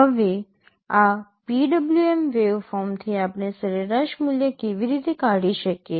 હવે આ PWM વેવફોર્મથી આપણે સરેરાશ મૂલ્ય કેવી રીતે કાઢી શકીએ